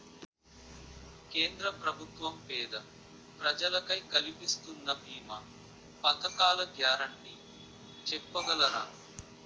కేంద్ర ప్రభుత్వం పేద ప్రజలకై కలిపిస్తున్న భీమా పథకాల గ్యారంటీ చెప్పగలరా?